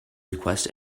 request